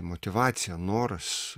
motyvacija noras